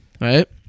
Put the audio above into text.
Right